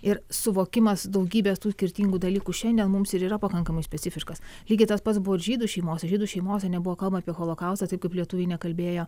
ir suvokimas daugybės tų skirtingų dalykų šiandien mums ir yra pakankamai specifiškas lygiai tas pats buvo ir žydų šeimose žydų šeimose nebuvo kalbama apie holokaustą taip kaip lietuviai nekalbėjo